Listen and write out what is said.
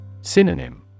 Synonym